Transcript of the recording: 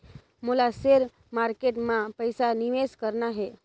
मोला share market मां पइसा निवेश करना हे?